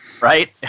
Right